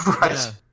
Right